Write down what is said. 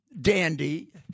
dandy